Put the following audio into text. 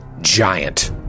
giant